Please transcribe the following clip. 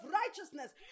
righteousness